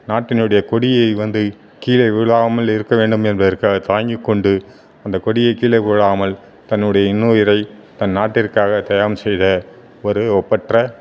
நாட்டினுடைய கொடியை வந்து கீழே விழாமல் இருக்க வேண்டும் என்பதற்காக தாங்கி கொண்டு அந்த கொடியே கீழே விளாமல் தன்னுடைய இன்னுயிரே தன் நாட்டிற்காக தியாகம் செய்த ஒரு ஒப்பற்ற